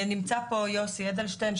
נמצא פה יוסי אדלשטיין,